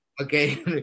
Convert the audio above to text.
Okay